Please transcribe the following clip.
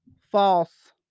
false